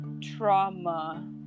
trauma